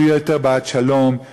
שיהיה יותר בעד שלום,